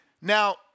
Now